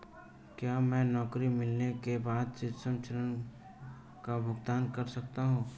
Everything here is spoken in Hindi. क्या मैं नौकरी मिलने के बाद शिक्षा ऋण का भुगतान शुरू कर सकता हूँ?